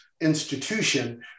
institution